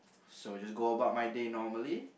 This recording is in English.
so I just go about my day normally